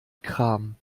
kram